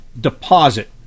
DEPOSIT